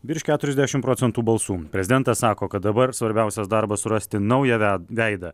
virš keturiasdešim procentų balsų prezidentas sako kad dabar svarbiausias darbas surasti naują ved veidą